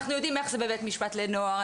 אנחנו יודעים איך זה בבית משפט לנוער,